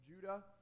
Judah